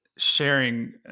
sharing